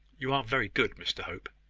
you are very good, mr hope.